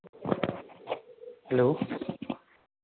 hello